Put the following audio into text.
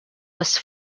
was